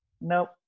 nope